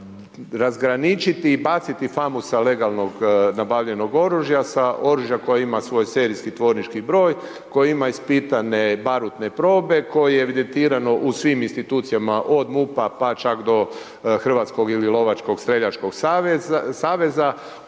razgraničiti i baciti famu sa legalnog nabavljenog oružja, sa oružja koje ima svoj serijski, tvornički broj, koji ima ispitane barutne probe, koji je evidentiran u svim institucijama od MUP-a pa čak do Hrvatskog ili lovačkog, streljačkog saveza